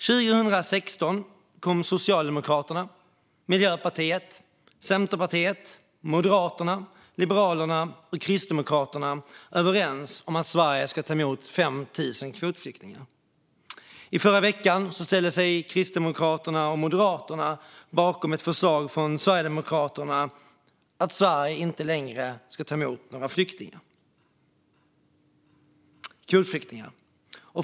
År 2016 kom Socialdemokraterna, Miljöpartiet, Centerpartiet, Moderaterna, Liberalerna och Kristdemokraterna överens om att Sverige skulle ta emot 5 000 kvotflyktingar. I förra veckan ställde sig Kristdemokraterna och Moderaterna bakom ett förslag från Sverigedemokraterna om att Sverige inte längre ska ta emot några kvotflyktingar.